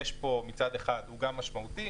מצד אחד הוא גם משמעותי,